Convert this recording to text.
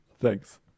Thanks